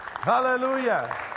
Hallelujah